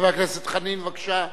חבר הכנסת חנין, בבקשה.